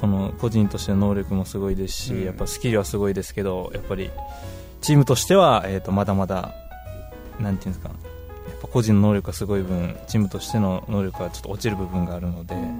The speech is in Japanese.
この個人としての能力もすごいですし、うん。やっぱスキルはすごいですけど、やっぱりチームとしては、えーと、まだまだ、なんていうんですか。やっぱ個人の能力がすごい分、チームとしての能力がちょっと落ちる部分があるので。